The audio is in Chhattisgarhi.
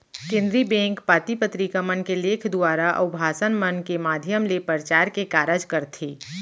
केनदरी बेंक पाती पतरिका मन म लेख दुवारा, अउ भासन मन के माधियम ले परचार के कारज करथे